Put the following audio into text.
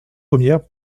premières